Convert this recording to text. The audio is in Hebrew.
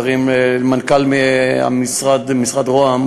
תרים למנכ"ל משרד ראש הממשלה,